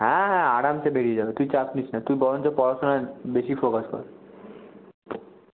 হ্যাঁ হ্যাঁ আরামসে বেরিয়ে যাবে তুই চাপ নিস না তুই বরঞ্চ পড়াশোনায় বেশি ফোকাস কর